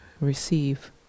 receive